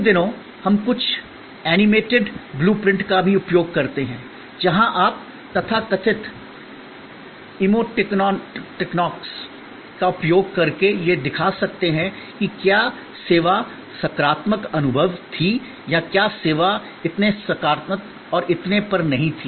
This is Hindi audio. इन दिनों हम कुछ एनिमेटेड ब्लू प्रिंट का भी उपयोग करते हैं जहाँ आप तथाकथित इमोटिकॉन्स का उपयोग करके यह दिखा सकते हैं कि क्या सेवा सकारात्मक अनुभव थी या क्या सेवा इतनी सकारात्मक और इतने पर नहीं थी